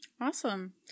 Awesome